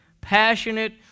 passionate